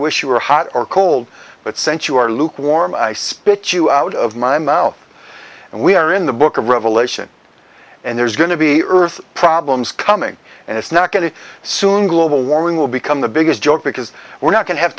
wish you were hot or cold but since you are lukewarm i spit you out of my mouth and we are in the book of revelation and there's going to be earth problems coming and it's not going to soon global warming will become the biggest joke because we're not going to have